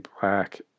black